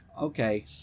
Okay